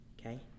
Okay